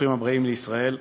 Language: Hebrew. ברוכים הבאים לישראל.